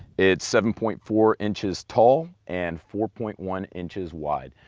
it's seven point four inches tall and four point one inches wide.